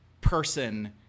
person